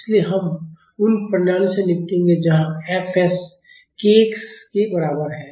इसलिए हम उन प्रणालियों से निपटेंगे जहां fs k x के बराबर है